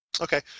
Okay